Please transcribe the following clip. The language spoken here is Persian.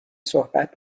صحبت